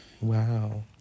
Wow